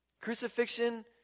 Crucifixion